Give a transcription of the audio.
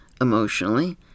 emotionally